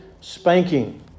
spanking